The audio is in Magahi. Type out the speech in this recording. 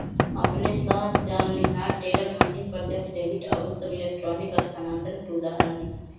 अपने स चलनिहार टेलर मशीन, प्रत्यक्ष डेबिट आउरो सभ इलेक्ट्रॉनिक स्थानान्तरण के उदाहरण हइ